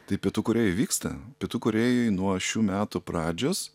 tai pietų korėjoj vyksta pietų korėjoj nuo šių metų pradžios